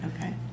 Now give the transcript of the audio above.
Okay